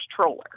troller